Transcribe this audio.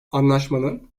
anlaşmanın